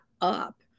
up